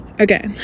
okay